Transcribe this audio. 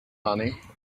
money